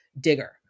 digger